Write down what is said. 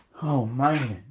man.